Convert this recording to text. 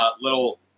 little